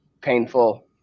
painful